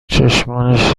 چشمانش